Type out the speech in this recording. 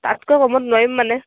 তাতকৈ কমত নোৱাৰিম মানে